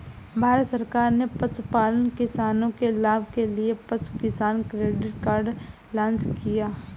भारत सरकार ने पशुपालन किसानों के लाभ के लिए पशु किसान क्रेडिट कार्ड लॉन्च किया